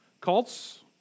Cults